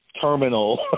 terminal